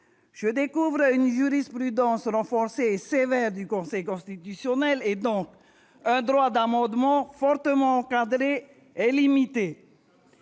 Je découvre une jurisprudence renforcée et sévère du Conseil constitutionnel, dont découle un droit d'amendement fortement encadré et limité.